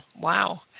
Wow